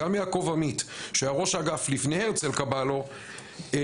גם יעקב עמית שהיה ראש האגף לפני הרצל קבלו השתמש